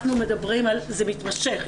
זה מתמשך.